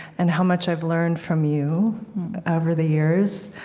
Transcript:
and how much i've learned from you over the years,